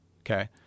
Okay